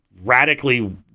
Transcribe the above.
radically